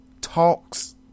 talks